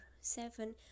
seven